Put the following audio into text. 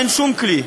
אין שום כלי.